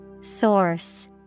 Source